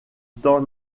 temps